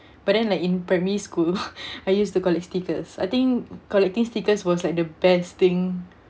but then like in primary school I used to collect stickers I think collecting stickers was like the best thing